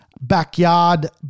backyard